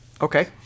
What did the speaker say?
Okay